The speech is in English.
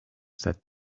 said